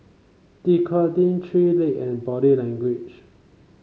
Dequadin Three Leg and Body Language